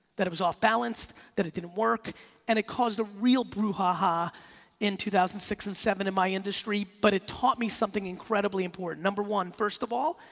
that it was off balance, that it didn't work and it caused a real bru ha ha in two thousand six and seven in my industry. but it taught me something incredibly important. number one, first of all,